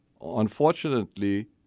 unfortunately